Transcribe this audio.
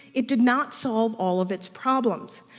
it did not solve all of its problems.